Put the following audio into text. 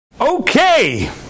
Okay